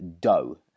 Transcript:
dough